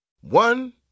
One